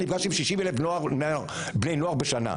אני נפגש עם 60,000 בני נוער בשנה.